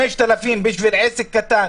5,000 בשביל עסק קטן